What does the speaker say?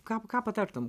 ką ką patartum